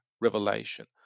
revelation